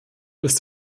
ist